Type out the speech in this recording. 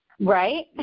Right